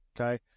Okay